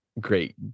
great